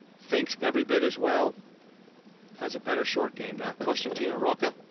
thinks every bit as well as a better short game. now, costantino rocca.